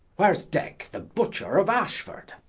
where's dicke, the butcher of ashford?